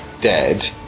dead